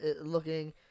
looking